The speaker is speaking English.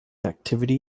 activity